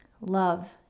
love